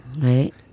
Right